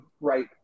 right